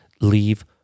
leave